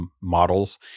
models